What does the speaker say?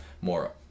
more